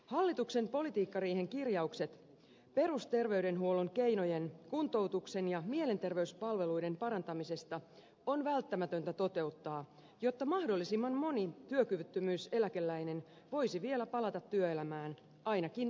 hallituksen politiikkariihen kirjaukset perusterveydenhuollon keinojen kuntoutuksen ja mielenterveyspalveluiden parantamisesta on välttämätöntä toteuttaa jotta mahdollisimman moni työkyvyttömyyseläkeläinen voisi vielä palata työelämään ainakin osittain